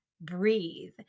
breathe